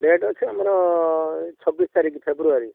date ଅଛି ଆମର ଏଇ ଛବିଶ ତାରିଖ ଫେବୃୟାରୀ